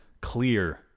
clear